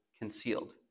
concealed